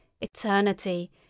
ETERNITY